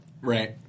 Right